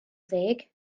ddeg